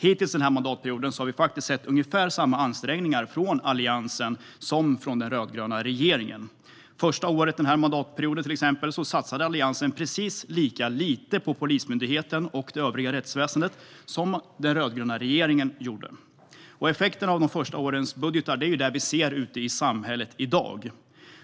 Hittills den här mandatperioden har vi faktiskt sett ungefär samma ansträngningar från Alliansen som från den rödgröna regeringen. Det första året den här mandatperioden satsade Alliansen precis lika lite på Polismyndigheten och det övriga rättsväsendet som den rödgröna regeringen gjorde. Effekten av de första årens budgetar är det vi ser ute i samhället i dag.